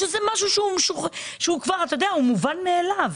וזה דבר שהוא כבר מובן מאליו.